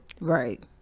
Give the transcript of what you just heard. Right